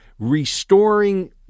restoring